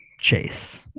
chase